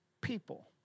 people